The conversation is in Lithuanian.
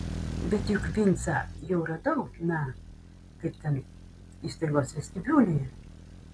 bet juk vincą jau radau na kaip ten įstaigos vestibiulyje